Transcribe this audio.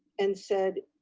and said,